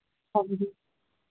हां जी